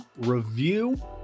review